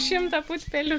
šimtą putpelių